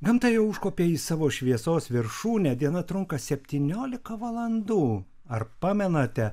gamta jau užkopė į savo šviesos viršūnę diena trunka septyniolika valandų ar pamenate